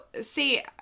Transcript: see